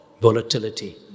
volatility